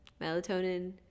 Melatonin